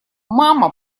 мама